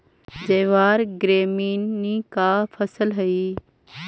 ज्वार ग्रैमीनी का फसल हई